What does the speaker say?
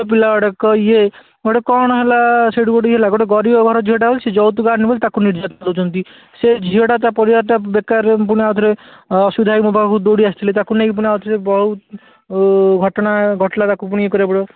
ତ ପିଲା ଗୁଡ଼ାକ ଇଏ ଗୋଟିଏ କ'ଣ ହେଲା ସେଇଠୁ ଗୋଟିଏ ଇଏ ହେଲା ଗୋଟିଏ ଗରିବ ଘର ଝିଅଟାକୁ ସେ ଯୌତୁକ ଆଣିନି ବୋଲି ତାକୁ ନିର୍ଯାତନା ଦେଉଛନ୍ତି ସେ ଝିଅଟା ତା ପରିବାରଟା ବେକାରରେ ପୁଣି ଆଉ ଥରେ ଅସୁବିଧାରେ ମୋ ପାଖକୁ ଦଉଡ଼ି ଆସିଥିଲେ ତାକୁ ନେଇକି ପୁଣି ଆଉ ଥରେ ବହୁତ ଘଟଣା ଘଟିଲା ତାକୁ ପୁଣି ଇଏ କରିବାକୁ ପଡ଼ିବ